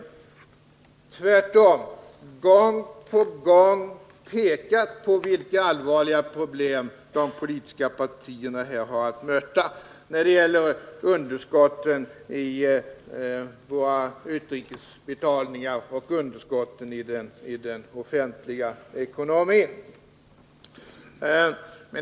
Jag har tvärtom gång på gång pekat på vilka allvarliga problem som de politiska partierna här har att möta när det gäller underskotten i våra utrikes betalningar och underskotten i den offentliga ekonomin.